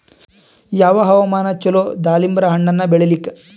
ಯಾವ ಹವಾಮಾನ ಚಲೋ ದಾಲಿಂಬರ ಹಣ್ಣನ್ನ ಬೆಳಿಲಿಕ?